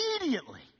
immediately